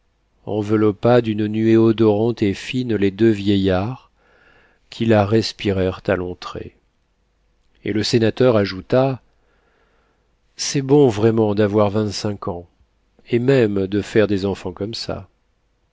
enveloppa d'une nuée odorante et fine les deux vieillards qui la respirèrent à longs traits et le sénateur ajouta c'est bon vraiment d'avoir vingt-cinq ans et même de faire des enfants comme ça